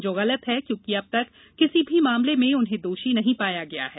जो गलत है क्योंकि अब तक किसी भी मामले में उन्हें दोषी नहीं पाया गया है